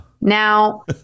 now